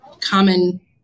common